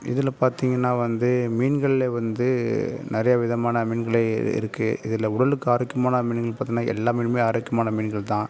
இதில் பார்த்தீங்கன்னா வந்து மீன்களில் வந்து நிறைய விதமான மீன்களை இருக்குது இதில் உடலுக்கு ஆரோக்கியமான மீன்ன்னு பார்த்தீங்கன்னா எல்லா மீனுமே ஆரோக்கியமான மீன்கள்தான்